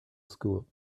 school